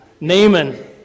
Naaman